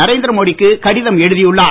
நரேந்திர மோடி க்கு கடிதம் எழுதியுள்ளார்